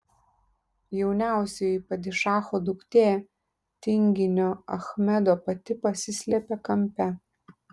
jauniausioji padišacho duktė tinginio achmedo pati pasislėpė kampe